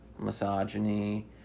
misogyny